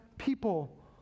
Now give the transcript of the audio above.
people